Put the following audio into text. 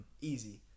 Easy